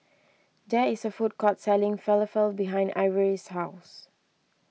there is a food court selling Falafel behind Ivory's house